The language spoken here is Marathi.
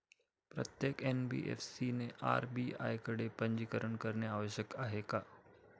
प्रत्येक एन.बी.एफ.सी ने आर.बी.आय कडे पंजीकरण करणे आवश्यक आहे का?